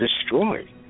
destroy